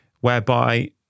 whereby